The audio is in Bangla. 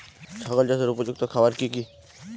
ছাগল চাষের উপযুক্ত খাবার কি কি?